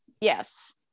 Yes